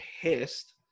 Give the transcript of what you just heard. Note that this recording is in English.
pissed